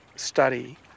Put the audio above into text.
study